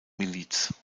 miliz